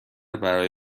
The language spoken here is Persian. برای